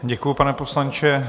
Děkuji, pane poslanče.